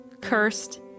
cursed